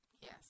Yes